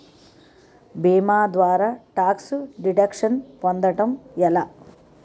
భీమా ద్వారా tax deduction పొందటం ఎలా?